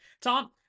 tom